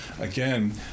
again